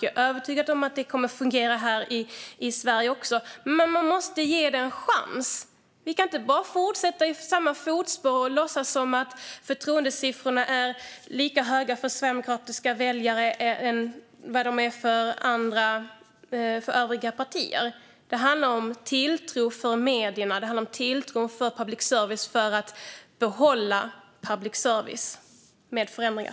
Jag är övertygad om att det kommer att fungera också här i Sverige. Man måste ge det en chans. Vi kan inte bara fortsätta i samma fotspår och låtsas som att förtroendesiffrorna är lika höga hos sverigedemokratiska väljare som hos övriga partiers väljare. Det handlar om tilltron till medierna och till public service så att vi kan behålla public service, med förändringar.